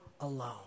alone